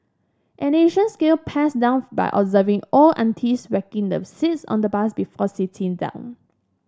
an ancient skill passed down by observing old aunties whacking the seats on the bus before sitting down